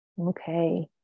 okay